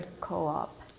co-op